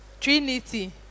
Trinity